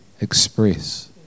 express